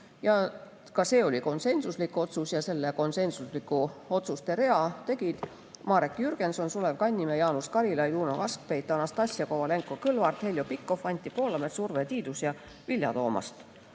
ka see oli konsensuslik otsus. Selle konsensuslike otsuste rea tegid Marek Jürgenson, Sulev Kannimäe, Jaanus Karilaid, Uno Kaskpeit, Anastassia Kovalenko-Kõlvart, Heljo Pikhof, Anti Poolamets, Urve Tiidus ja Vilja Toomast.